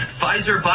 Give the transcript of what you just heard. Pfizer